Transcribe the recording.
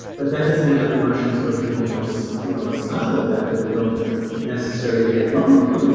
but that doesn't mean other mushrooms don't have a more so you know a subtle effect that we don't necessarily get bah! um you know